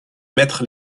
mettre